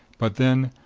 but then,